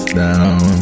down